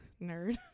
Nerd